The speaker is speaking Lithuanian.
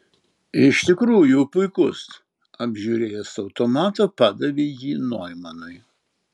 iš tikrųjų puikus apžiūrėjęs automatą padavė jį noimanui